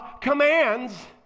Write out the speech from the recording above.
commands